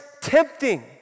tempting